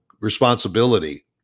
responsibility